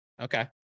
Okay